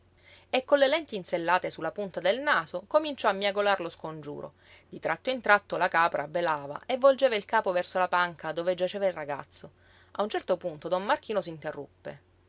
e con le lenti insellate su la punta del naso cominciò a miagolar lo scongiuro di tratto in tratto la capra belava e volgeva il capo verso la panca dove giaceva il ragazzo a un certo punto don marchino